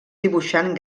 dibuixant